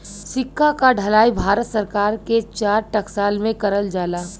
सिक्का क ढलाई भारत सरकार के चार टकसाल में करल जाला